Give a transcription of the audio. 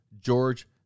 George